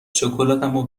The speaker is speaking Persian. شکلاتمو